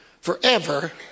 forever